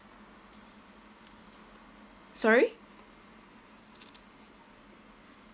sorry